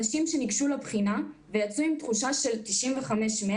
אנשים שניגשו לבחינה ויצאו עם תחושה של 95 או 100,